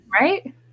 right